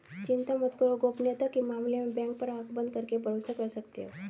चिंता मत करो, गोपनीयता के मामले में बैंक पर आँख बंद करके भरोसा कर सकते हो